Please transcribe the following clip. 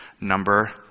Number